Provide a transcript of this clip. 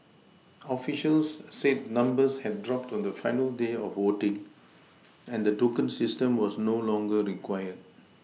officials said numbers had dropped on the final day of voting and the token system was no longer required